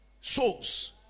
souls